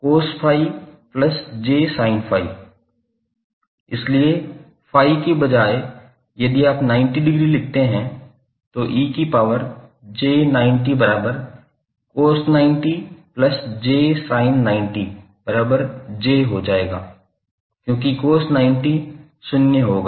इसलिए ∅ के बजाय यदि आप 90 डिग्री लिखते हैं तो 𝑐𝑜𝑠90𝑗𝑠𝑖𝑛90𝑗 हो जाएगा क्योंकि cos 90 शून्य होगा